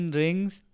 rings